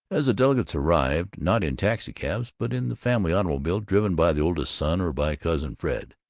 as the delegates arrived, not in taxicabs but in the family automobile driven by the oldest son or by cousin fred,